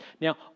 Now